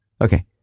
Okay